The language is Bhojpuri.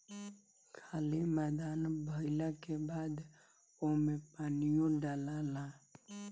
खाली मैदान भइला के बाद ओमे पानीओ डलाला